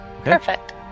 Perfect